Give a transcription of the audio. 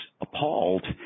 appalled